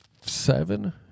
seven